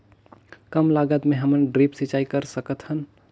कम लागत मे हमन ड्रिप सिंचाई कर सकत हन?